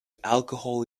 alcohol